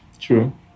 true